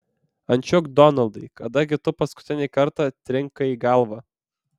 ančiuk donaldai kada gi tu paskutinį kartą trinkai galvą